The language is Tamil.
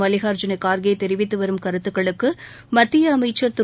மல்லிகாாஜுன காா்கே தெரிவித்து வரும் கருத்துக்களுக்கு மத்திய அமைச்சா் திரு